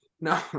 No